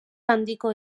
handiko